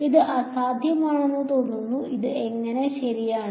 ഇത് അസാധ്യമാണെന്ന് തോന്നുന്നു അത് എങ്ങനെ ശരിയാണ്